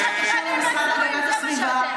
אני יודעת שאצלכם גזענות זה יוצא כמו לקום בבוקר.